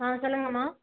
ஆ சொல்லுங்கம்மா